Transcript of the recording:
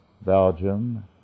Belgium